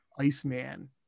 Iceman